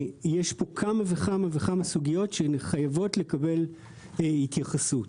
פה כמה וכמה וכמה סוגיות שמחייב שיקבלו התייחסות.